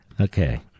Okay